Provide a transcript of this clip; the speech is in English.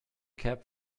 cap